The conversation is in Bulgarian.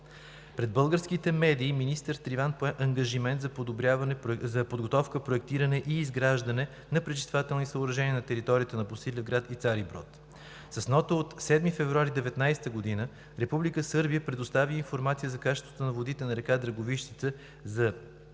Пред българските медии министър Триван пое ангажимент за подготовка, проектиране и изграждане на пречиствателни съоръжения на територията на Босилеград и Цариброд. С нота от 7 февруари 2019 г. Република Сърбия предостави информация за качеството на водите на река Драговищица за